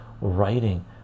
writing